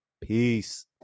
peace